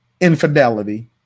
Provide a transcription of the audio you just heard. infidelity